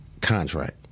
contract